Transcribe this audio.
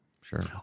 sure